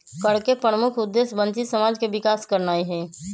कर के प्रमुख उद्देश्य वंचित समाज के विकास करनाइ हइ